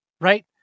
right